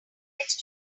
manage